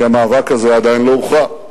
כי המאבק הזה עדיין לא הוכרע.